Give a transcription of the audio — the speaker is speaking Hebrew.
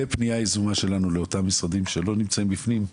ופנייה יזומה שלנו לאותם משרדים שלא נמצאים בפנים,